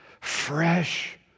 fresh